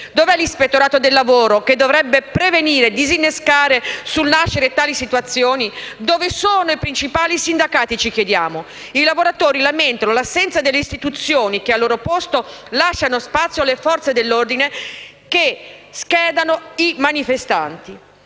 Dove è l'ispettorato del lavoro, che dovrebbe prevenire e disinnescare sul nascere queste situazioni? Dove sono i principali sindacati? I lavoratori lamentano l'assenza delle istituzioni che al loro posto lasciano spazio alle Forze dell'ordine che schedano i manifestanti.